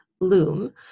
Loom